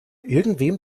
irgendwem